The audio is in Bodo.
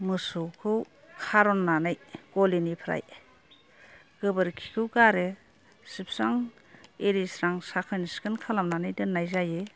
मोसौखौ खारन्नानै गलिनिफ्राय गोबोरखिखौ गारो सिबस्रां एरिस्रां साखोन सिखोन खालामनानै दोन्नाय जायो